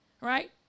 right